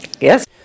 yes